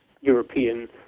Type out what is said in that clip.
European